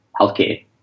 healthcare